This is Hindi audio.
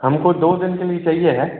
हमको दो दिन के लिए चाहिए है